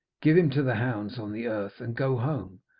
give him to the hounds on the earth, and go home.